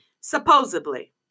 Supposedly